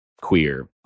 queer